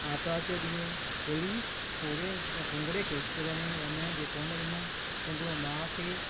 आर्तवार जो ॾींहुं हो ॿिली पूरे अॼु पुंगड़े खे स्कूल में वञण जे कोन्ह ॾिनो पुंगड़ो माउ खे